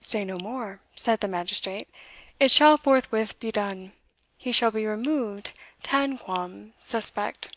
say no more, said the magistrate it shall forthwith be done he shall be removed tanquam suspect